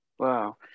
Wow